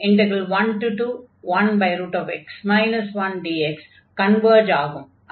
121x 1dx converge ஆகும்